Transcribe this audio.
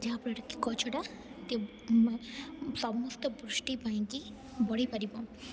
ଯାହାଫଳରେ କି ଗଛଟା ସମସ୍ତ ବୃଷ୍ଟି ପାଇଁକି ବଢ଼ିପାରିବ